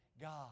God